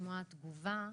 לשמוע תגובה.